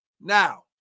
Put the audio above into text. Now